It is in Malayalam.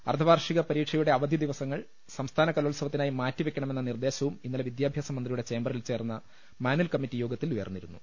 അർധവാർഷിക പരീക്ഷയുടെ അവ ധിദിനങ്ങൾ സംസ്ഥാന കലോത്സവത്തിനായി മാറ്റിവെക്കണമെന്ന നിർദേശവും ഇന്നലെ വിദ്യാഭ്യാസമന്ത്രിയുടെ ചേംബറിൽ ചേർന്ന മാന്വൽ കമ്മറ്റി യോഗത്തിൽ ഉയർന്നിരുന്നു